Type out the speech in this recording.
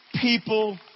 people